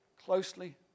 Closely